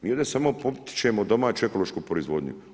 Mi ovdje samo potičemo domaću ekološku proizvodnju.